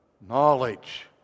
knowledge